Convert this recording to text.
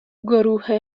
گروه